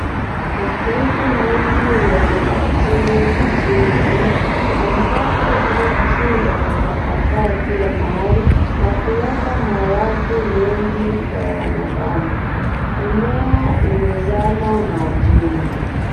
Mafuriko mengi yameathiri jijini humu, ambapo maji yametapakaa kila mahali na kuleta maradhi mengi kwa wanadamu. Mimea imezama majini.